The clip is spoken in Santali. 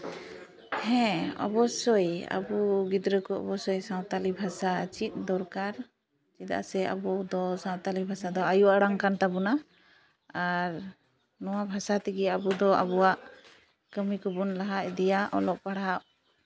ᱦᱮᱸ ᱚᱵᱚᱥᱥᱳᱭ ᱟᱵᱚ ᱜᱤᱫᱽᱨᱟᱹ ᱠᱚ ᱟᱵᱚ ᱚᱵᱚᱥᱥᱚᱭ ᱥᱟᱶᱛᱟᱞᱤ ᱵᱷᱟᱥᱟ ᱪᱮᱫ ᱫᱚᱨᱠᱟᱨ ᱪᱮᱫᱟᱜ ᱥᱮ ᱟᱵᱚᱫᱚ ᱥᱟᱶᱛᱟᱞᱤ ᱵᱷᱟᱥᱟ ᱫᱚ ᱟᱭᱚᱼᱟᱲᱟᱝ ᱠᱟᱱ ᱛᱟᱵᱳᱱᱟ ᱟᱨ ᱱᱚᱣᱟ ᱵᱷᱟᱥᱟ ᱛᱮᱜᱮ ᱟᱵᱚᱫᱚ ᱟᱵᱚᱣᱟᱜ ᱠᱟᱹᱢᱤ ᱠᱚᱵᱚᱱ ᱞᱟᱦᱟ ᱤᱫᱤᱭᱟ ᱚᱞᱚᱜ ᱯᱟᱲᱦᱟᱜ